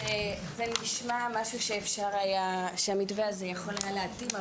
זה נשמע משהו שהמתווה הזה יכול היה להתאים לו,